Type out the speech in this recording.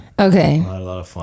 Okay